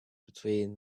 between